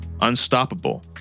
Unstoppable